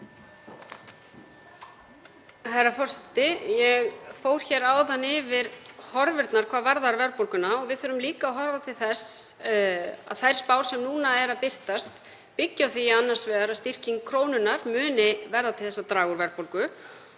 Herra forseti. Ég fór hér áðan yfir horfurnar hvað varðar verðbólguna og við þurfum líka að horfa til þess að þær spár sem núna eru að birtast byggi á því annars vegar að styrking krónunnar verði til þess að draga úr verðbólgu